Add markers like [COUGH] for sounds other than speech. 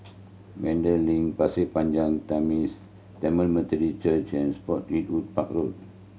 Vanda Link Pasir Panjang [UNINTELLIGIBLE] Tamil Methodist Church and Spottiswoode Park Road